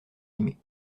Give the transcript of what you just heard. aimée